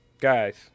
Guys